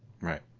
Right